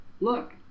look